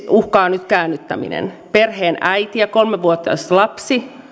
uhkaa nyt käännyttäminen perheen äiti ja kolmivuotias lapsi